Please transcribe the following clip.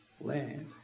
land